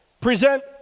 present